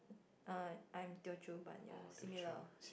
I I am Teochew but ya similar